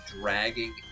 dragging